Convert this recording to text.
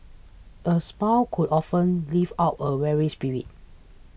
a smile could often lift out a weary spirit